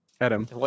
Adam